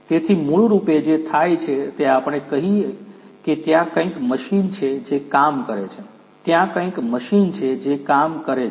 તેથી મૂળરૂપે જે થાય છે તે આપણે કહીએ કે ત્યાં કંઈક મશીન છે જે કામ કરે છે ત્યાં કંઈક મશીન છે જે કામ કરે છે